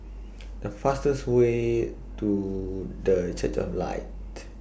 The fastest Way to The Church of Light